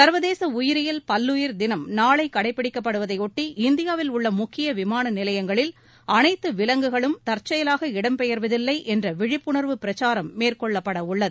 சர்வதேச உயிரியல் பல்லுயிர் தினம் நாளை கடைப்பிடிக்கப்படுவதைபொட்டி இந்தியாவில் உள்ள முக்கிய விமான நிலையங்களில் அனைத்து விலங்குகளும் தற்செயலாக இடம் பெயர்வதில்லை என்ற விழிப்புணர்வு பிரச்சாரம் மேற்கொள்ளப்பட உள்ளது